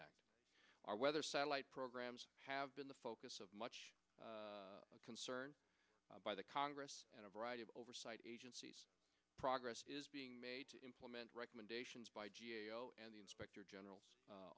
s our weather satellite programs have been the focus of much concern by the congress and a variety of oversight agencies progress is being made to implement recommendations by g a o and the inspector general